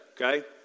Okay